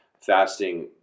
fasting